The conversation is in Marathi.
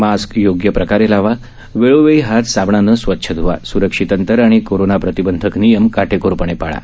मास्क योग्य प्रकारे लावा वेळोवेळी हात साबणाने स्वच्छ ध्वा सुरक्षित अंतर आणि कोरोना प्रतिबंधक नियम काटेकोरपणे पाळा